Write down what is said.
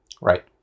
Right